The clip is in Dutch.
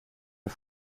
een